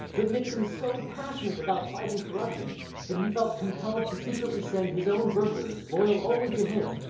but nixon is so passionate about fighting corruption that he felt compelled to secretly send his own burglars, loyal only to him,